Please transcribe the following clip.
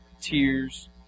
tears